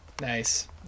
Nice